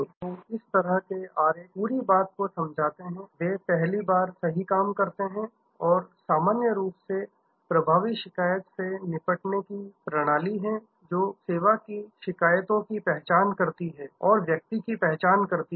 तो इस तरह के आरेख पूरी बात को समझाते हैं वे पहली बार सही काम करते हैं और सामान्य रूप से प्रभावी शिकायत से निपटने की प्रणाली है जो सेवा की शिकायतों की पहचान करती है और व्यक्ति की पहचान करती है